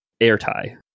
Airtie